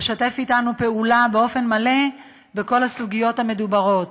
לשתף אתנו פעולה באופן מלא בכל הסוגיות המדוברות.